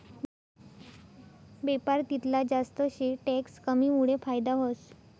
बेपार तितला जास्त शे टैक्स कमीमुडे फायदा व्हस